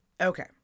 Okay